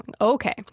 okay